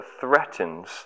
threatens